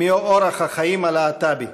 מאורח החיים הלהט"בי,